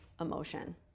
emotion